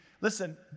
Listen